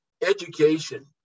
education